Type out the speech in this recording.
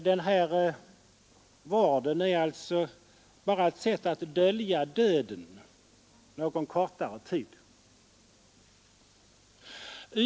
Denna vård är alltså bara ett sätt att dölja döden någon kortare tid.